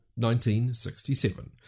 1967